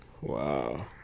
Wow